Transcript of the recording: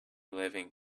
living